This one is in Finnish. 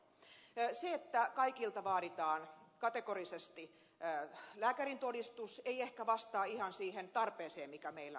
se että kaikilta vaaditaan kategorisesti lääkärintodistus ei ehkä vastaa ihan siihen tarpeeseen mikä meillä on